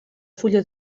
fulla